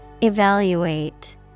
Evaluate